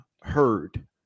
heard